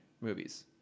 movies